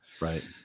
Right